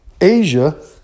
Asia